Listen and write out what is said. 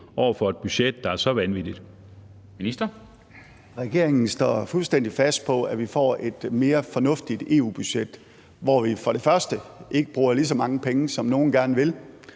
13:22 Finansministeren (Nicolai Wammen): Regeringen står fuldstændig fast på, at vi får et mere fornuftigt EU-budget, hvor vi for det første ikke bruger lige så mange penge, som nogle gerne vil,